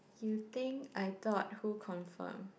you think I thought who confirm